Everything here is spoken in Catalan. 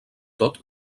tot